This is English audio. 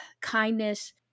kindness